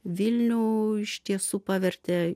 vilnių iš tiesų pavertė